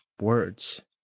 words